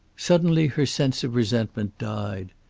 suddenly her sense of resentment died.